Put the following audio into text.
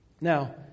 Now